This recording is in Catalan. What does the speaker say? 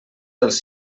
dels